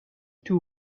two